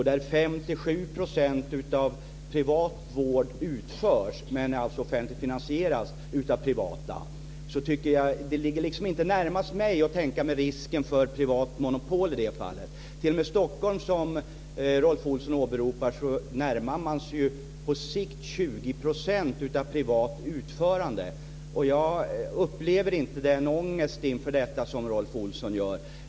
5-7 % av vården är visserligen offentligt finansierad men utförs av det privata. Det ligger inte närmast mig att tänka mig en risk för privat monopol i det fallet. I Stockholm, som Rolf Olsson åberopar, närmar man sig på 20 % av privat utförande. Jag upplever inte den ångest inför detta som Rolf Olsson gör.